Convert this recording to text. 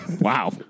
Wow